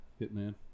Hitman